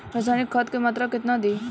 रसायनिक खाद के मात्रा केतना दी?